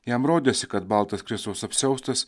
jam rodėsi kad baltas kristaus apsiaustas